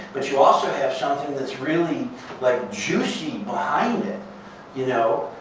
but you also have something that's really like juicy behind it. you know